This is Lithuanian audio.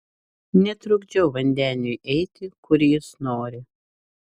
netrukdžiau vandeniui eiti kur jis nori